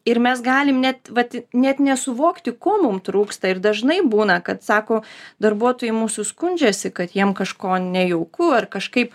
ir mes galim net vat net nesuvokti ko mum trūksta ir dažnai būna kad sako darbuotojai mūsų skundžiasi kad jiem kažko nejauku ar kažkaip